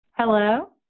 Hello